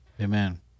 Amen